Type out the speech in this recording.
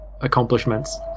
accomplishments